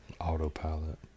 Autopilot